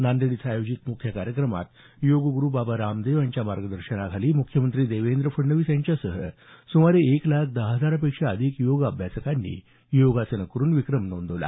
नांदेड इथं आयोजित मुख्य कार्यक्रमात योग गुरु बाबा रामदेव यांच्या मार्गदर्शनाखाली मुख्यमंत्री देवेंद्र फडणवीस यांच्यासह सुमारे एक लाख दहा हजारापेक्षा अधिक योग अभ्यासकांनी योगासनं करून विक्रम नोंदवला